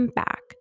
back